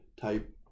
type